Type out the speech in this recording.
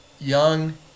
young